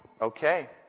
Okay